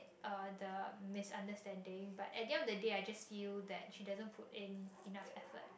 uh the misunderstanding but at the end of the day I just feel that she doesn't put in enough effort